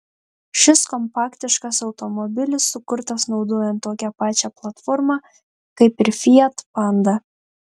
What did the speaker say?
šis kompaktiškas automobilis sukurtas naudojant tokią pačią platformą kaip ir fiat panda